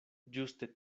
ĝuste